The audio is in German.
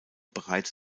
bereits